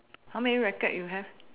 how many racket you have